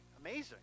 Amazing